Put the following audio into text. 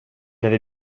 avait